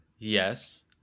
Yes